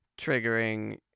triggering